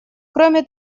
кроме